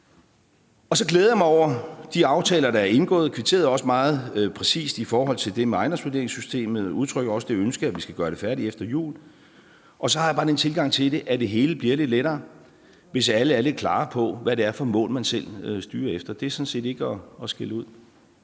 Så glæder jeg mig over de aftaler, der er indgået, og jeg kvitterede også meget præcist for det med ejendomsvurderingssystemet, og jeg udtrykker også det ønske, at vi skal gøre det færdigt efter jul. Og så har jeg bare den tilgang til det, at det hele bliver lidt lettere, hvis alle er lidt klarere på, hvad det er for mål, man selv styrer efter. Det er sådan set ikke at skælde ud.